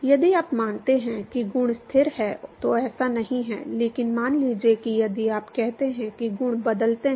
यदि आप मानते हैं कि गुण स्थिर हैं तो ऐसा नहीं है लेकिन मान लीजिए कि यदि आप कहते हैं कि गुण बदलते हैं